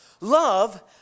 Love